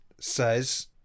says